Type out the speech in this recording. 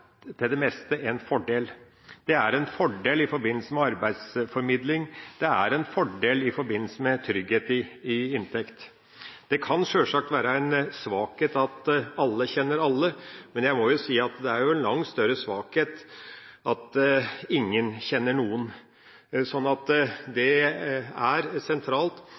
for det meste er en fordel. Det er en fordel i forbindelse med arbeidsformidling, og det er en fordel i forbindelse med trygghet for inntekt. Det kan sjølsagt være en svakhet at alle kjenner alle, men jeg må si at det er en langt større svakhet at ingen kjenner noen. Så det er sentralt